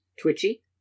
Twitchy